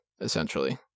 essentially